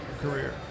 career